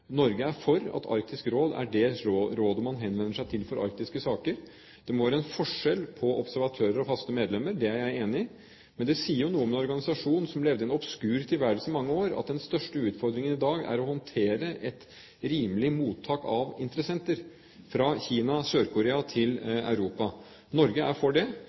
Norge er for at Arktisk Råd er det rådet man henvender seg til for arktiske saker. Det må være en forskjell på observatører og faste medlemmer, det er jeg enig i, men det sier jo noe om en organisasjon som levde i en obskur tilværelse i mange år, at den største utfordringen i dag er å håndtere et rimelig mottak av interessenter fra Kina og Sør-Korea til Europa. Norge er for det.